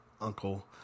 uncle